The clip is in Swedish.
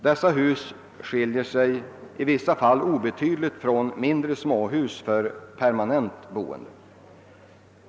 Dessa hus skiljer sig i vissa fall obetydligt från mindre småhus för permanent boende.